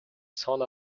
son